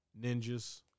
ninjas